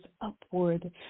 upward